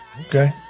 okay